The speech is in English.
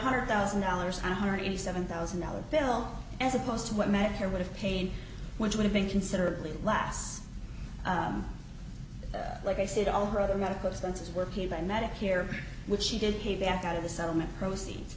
hundred thousand dollars one hundred eighty seven thousand dollars bill as opposed to what medicare would have pain which would have been considerably less like i said all her other medical expenses were paid by magic here which she did pay back out of the settlement proceeds